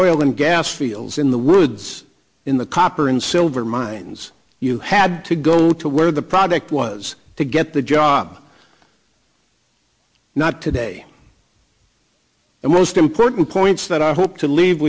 oil and gas asked fields in the woods in the copper and silver mines you had to go to where the project was to get the job not today and most important points that i hope to leave